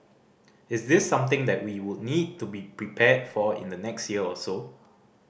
is this something that we would need to be prepared for in the next year or so